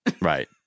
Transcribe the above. Right